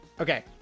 Okay